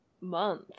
month